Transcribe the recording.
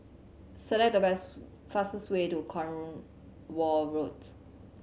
select the fastest way to Cornwall Road